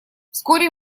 вскоре